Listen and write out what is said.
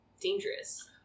dangerous